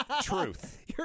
Truth